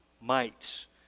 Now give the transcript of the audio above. mites